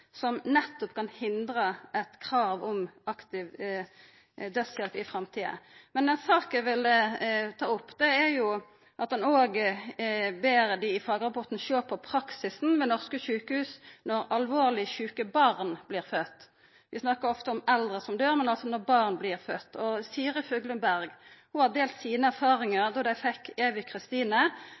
som nettopp kan hindra eit krav om aktiv dødshjelp i framtida. Men det er ei sak eg vil ta opp, og som eg ber om at ein òg ser på i fagrapporten, nemleg praksisen ved norske sjukehus når alvorlege sjuke barn vert fødde. Vi snakkar ofte om eldre som døyr, men bør også snakka om sjuke barn som vert fødde. Siri Fuglem Berg har delt sine erfaringar frå då ho fekk Evy Kristine.